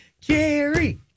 Jerry